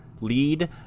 lead